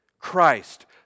Christ